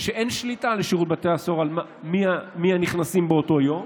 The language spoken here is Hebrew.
ואין שליטה לשירות בתי הסוהר על הנכנסים באותו יום.